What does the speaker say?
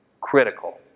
critical